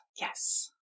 yes